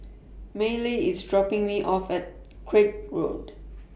Mallie IS dropping Me off At Craig Road